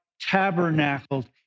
tabernacled